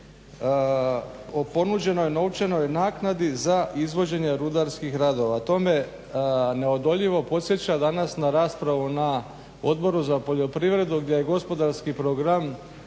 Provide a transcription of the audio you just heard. o ponuđenoj novčanoj naknadi za izvođenje rudarskih radova. To me neodoljivo podsjeća danas na raspravu na Odboru za poljoprivredu gdje je gospodarski program